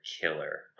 killer